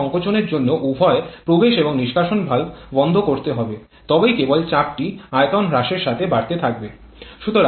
কারণ সংকোচনের জন্য উভয় প্রবেশ এবং নিষ্কাশন ভালভ বন্ধ করতে হবে তবেই কেবল চাপটি আয়তন হ্রাসের সাথে বাড়তে থাকবে